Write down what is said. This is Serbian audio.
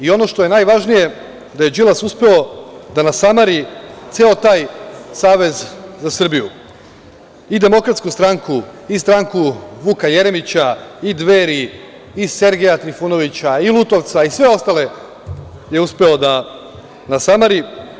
Ono što je najvažnije jeste da je Đilas uspeo da nasamari ceo taj Savez za Srbiju, i DS, i stranku Vuka Jeremića, i Dveri, i Sergeja Trifunovića, i Lutovca i sve ostale je uspeo da nasamari.